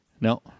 No